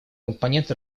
компонент